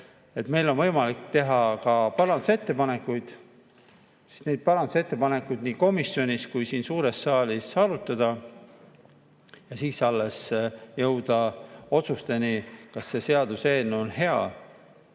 meil on võimalik teha parandusettepanekuid, neid parandusettepanekuid nii komisjonis kui ka siin suures saalis arutada ja alles siis jõuda otsusteni, kas see seaduseelnõu on hea